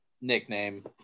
nickname